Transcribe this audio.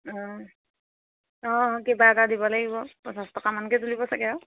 অঁ অঁ কিবা এটা দিব লাগিব পঞ্চাছ টকামানকে তুলিব চাগে আৰু